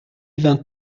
vingt